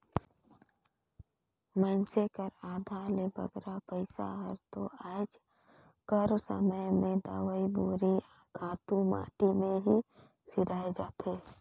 मइनसे कर आधा ले बगरा पइसा हर दो आएज कर समे में दवई बीरो, खातू माटी में ही सिराए जाथे